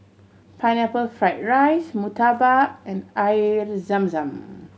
Pineapple Fried rice murtabak and Air Zam Zam